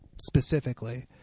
specifically